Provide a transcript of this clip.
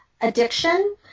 addiction